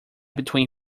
between